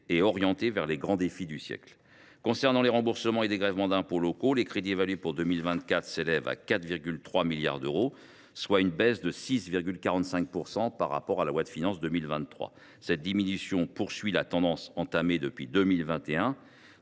et orientée vers les grands défis du siècle. Concernant les remboursements et dégrèvements d’impôts locaux, les crédits pour 2024 s’élèvent à 4,3 milliards d’euros, soit une baisse de 6,45 % par rapport à la loi de finances pour 2023. Cette diminution poursuit la tendance entamée depuis 2021